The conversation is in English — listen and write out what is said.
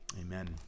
Amen